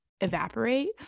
evaporate